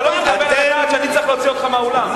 אני אצטרך להוציא אותך מהאולם.